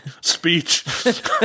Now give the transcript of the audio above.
speech